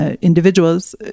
individuals